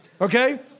Okay